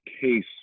case